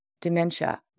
dementia